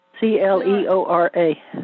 C-L-E-O-R-A